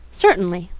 certainly.